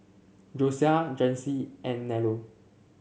Josiah Jaycee and Nello